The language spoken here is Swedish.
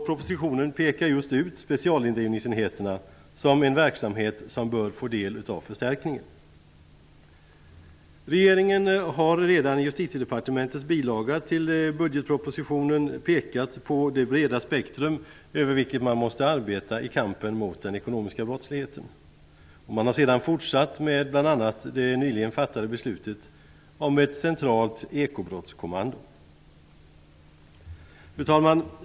Propositionen pekar just ut specialindrivningsenheterna som en verksamhet som bör få del av förstärkningen. Regeringen har redan i Justitiedepartementets bilaga till budgetpropositionen pekat på det breda spektrum över vilket man måste arbeta i kampen mot den ekonomiska brottsligheten. Man har fortsatt bl.a. med det nyligen fattade beslutet om ett centralt ekobrottskommando. Fru talman!